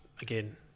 again